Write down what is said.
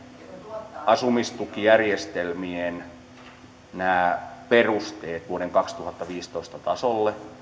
asumistukijärjestelmien perusteet vuoden kaksituhattaviisitoista tasolle